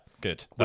good